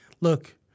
look